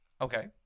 okay